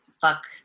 fuck